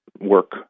work